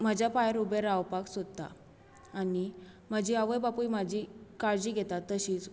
म्हज्या पांयार उबें रावपाक सोदतां आनी म्हजी आवय बापूय म्हजी काळजी घेतां तशींच